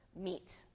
meet